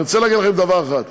אני רוצה להגיד לכם דבר אחד: